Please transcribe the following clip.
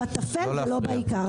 אתם עוסקים בטפל ולא בעיקר.